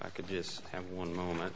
i could just have one moment